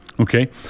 okay